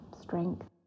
strength